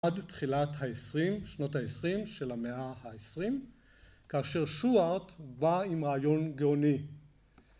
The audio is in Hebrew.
‫עד תחילת ה-20, ‫שנות ה-20 של המאה ה-20, ‫כאשר שוארט בא עם רעיון גאוני.